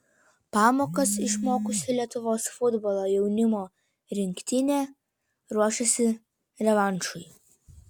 pamokas išmokusi lietuvos futbolo jaunimo rinktinė ruošiasi revanšui